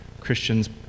Christians